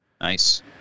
Nice